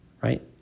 right